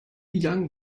young